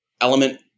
Element